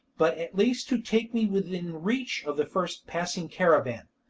but at least to take me within reach of the first passing caravan.